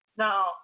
Now